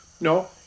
No